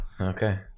Okay